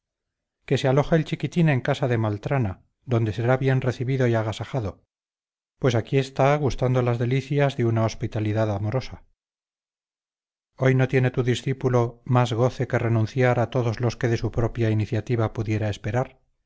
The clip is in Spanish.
que se aloje el chiquitín en casa de maltrana donde será bien recibido y agasajado pues aquí está gustando las delicias de una hospitalidad amorosa hoy no tiene tu discípulo más goce que renunciar a todos los que de su propia iniciativa pudiera esperar